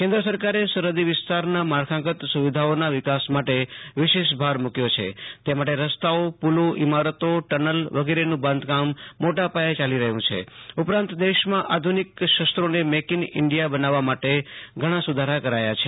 કેન્દ્ર સરકારે સરહદી વિસ્તારના માળખાંગતે સુ વિધાઓના વિકાસ માટે વિશેષ ભાર મૂ ક્યો છે તે માટે રસ્તાઓપૂ લોઈમારતોટનલ વગેરેનું બાંધકામ મોટાપાયે યાલી રહ્યું છે ઉપરાંત દેશમાં આધુ નિક શસ્ત્રોને મેક ઈન્ડિયા બનાવેવા માટે ઘણાં સુ ધારા કરાયા છે